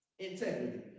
Integrity